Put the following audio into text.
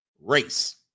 race